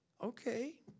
okay